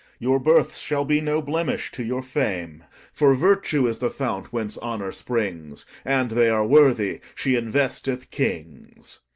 your births shall be no blemish to your fame for virtue is the fount whence honour springs, and they are worthy she investeth kings.